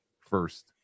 first